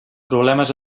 problemes